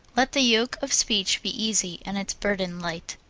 let the yoke of speech be easy and its burden light.